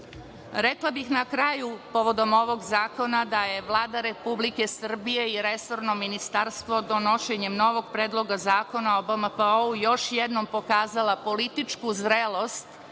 čin. Rekla bih na kraju povodom ovog zakona da je Vlada Republike Srbije i resorno ministarstvo donošenjem novog Predloga zakona o BMPO-u još jednom pokazala političku zrelost